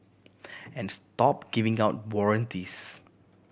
and stop giving out warranties